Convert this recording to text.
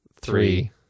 three